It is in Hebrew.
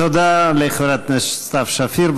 תודה לחברת הכנסת סתיו שפיר.